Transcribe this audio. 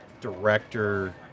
director